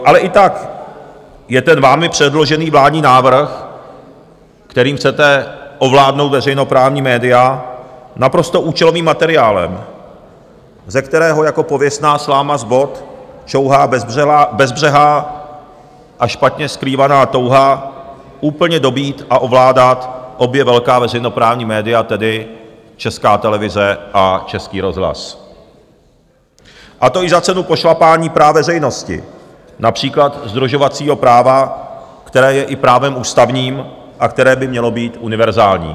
Ale i tak je ten vámi předložený vládní návrh, kterým chcete ovládnout veřejnoprávní média, naprosto účelovým materiálem, ze kterého jako pověstná sláma z bot čouhá bezbřehá a špatně skrývaná touha úplně dobýt a ovládat obě velká veřejnoprávní média, tedy Českou televizi a Český rozhlas, a to i za cenu pošlapání práv veřejnosti, například sdružovacího práva, které je i právem ústavním a které by mělo být univerzální.